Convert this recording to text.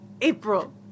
April